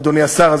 אדוני השר,